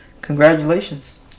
Congratulations